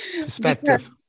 Perspective